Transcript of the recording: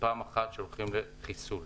ופעם אחת שהולכים לחיסול.